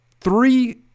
three